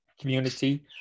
community